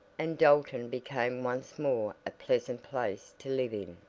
and dalton became once more a pleasant place to live in.